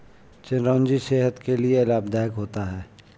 चिरौंजी सेहत के लिए लाभदायक होता है